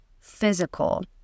physical